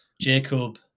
Jacob